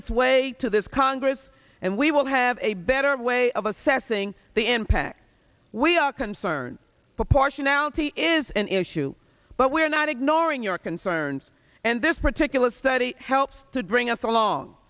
its way to this congress and we will have a better way of assessing the impact we are concerned proportionality is an issue but we're not ignoring your concerns and this particular study helps to bring us alon